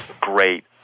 great